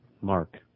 Mark